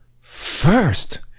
First